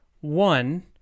One